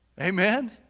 Amen